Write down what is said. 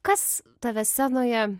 kas tave scenoje